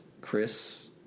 Chris